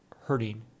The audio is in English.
hurting